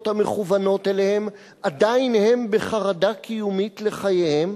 המכוונות אליהם עדיין הם בחרדה קיומית לחייהם.